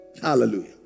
Hallelujah